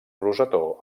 rosetó